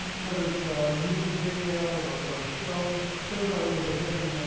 whether it's a music video or or show shows are a little bit different, you know,